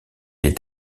est